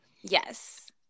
Yes